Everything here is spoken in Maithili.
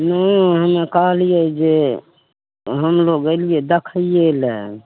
नहि हम्मे कहलियै जे हमलोग अयलियै दखै लए